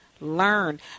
learn